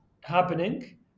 happening